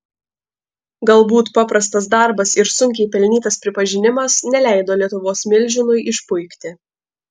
galbūt paprastas darbas ir sunkiai pelnytas pripažinimas neleido lietuvos milžinui išpuikti